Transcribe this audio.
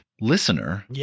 listener